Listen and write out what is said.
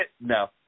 No